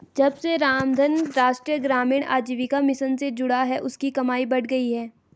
जब से रामधन राष्ट्रीय ग्रामीण आजीविका मिशन से जुड़ा है उसकी कमाई बढ़ गयी है